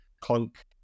clunk